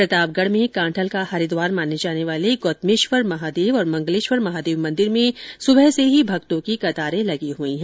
प्रतापगढ़ में कांठल का हरिद्वार माने जाने वाले गौतमेश्वर महादेव और मंगलेश्वर महादेव मंदिर में आज सुबह से ही भक्तों की कतार लगी हुई है